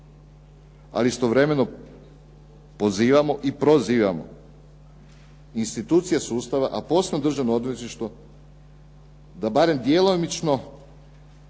ali istovremeno pozivamo i prozivamo institucije sustava a posebno državno odvjetništvo da barem djelomično